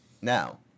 Now